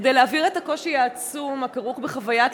כדי להבהיר את הקושי העצום הכרוך בחוויית